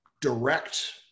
direct